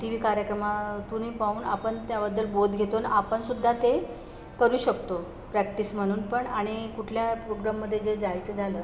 T V कार्यक्रमातूनही पाहून आपण त्याबद्दल बोध घेतो आणि आपणसुद्धा ते करू शकतो प्रॅक्टिस म्हणून पण आणि कुठल्या प्रोग्राममध्ये जर जायचं झालं